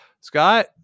Scott